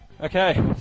Okay